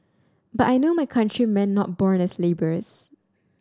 but I know my countrymen not born as labourers